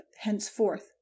henceforth